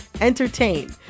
entertain